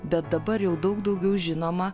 bet dabar jau daug daugiau žinoma